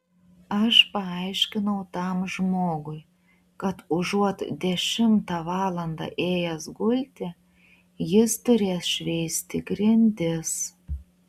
aš paaiškinau tam žmogui kad užuot dešimtą valandą ėjęs gulti jis turės šveisti grindis